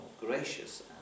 gracious